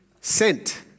sent